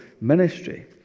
ministry